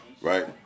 right